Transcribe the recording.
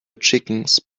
chickens